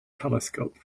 telescope